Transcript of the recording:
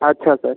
अच्छा सर